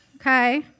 Okay